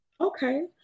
okay